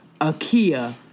Akia